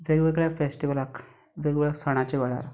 वेगवेगळ्या फेस्टीवलाक वेगवेगळ्या सणाच्या वेळार